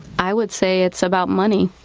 i would say it's about money.